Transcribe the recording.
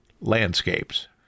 landscapes